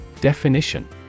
Definition